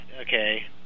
okay